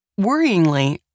Worryingly